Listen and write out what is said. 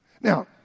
Now